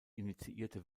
initiierte